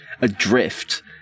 adrift